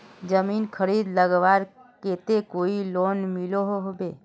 जमीन खरीद लगवार केते कोई लोन मिलोहो होबे?